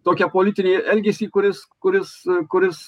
tokią politinį elgesį kuris kuris kuris